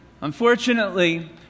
Unfortunately